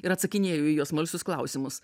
ir atsakinėjo į jo smalsius klausimus